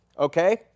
Okay